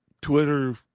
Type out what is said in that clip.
Twitter